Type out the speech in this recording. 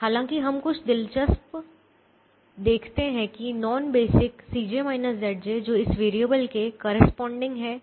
हालाँकि हम कुछ दिलचस्प देखते हैं कि नॉन बेसिक जो इस वेरिएबल के करेस्पॉडिंग है